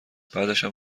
بعدشم